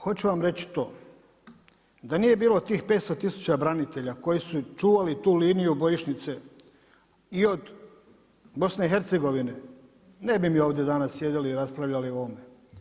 Hoću vam reći to, da nije bilo tih 500 tisuća branitelja koji su čuvali tu liniju bojišnice i od BiH ne bi mi ovdje danas sjedili i raspravljali o ovome.